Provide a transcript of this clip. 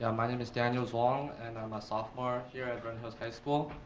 um my name is daniel zwong and i'm a sophomore here at vernon hills high school.